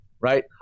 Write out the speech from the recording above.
right